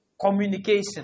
Communication